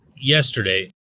yesterday